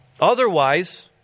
Otherwise